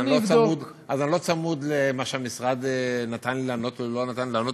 אז אני לא צמוד למה שהמשרד נתן לי לענות או לא נתן לענות,